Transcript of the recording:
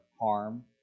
harm